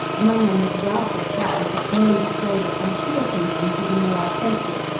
among them the disastrous fires which nearly destroyed it on two occasions within the last century.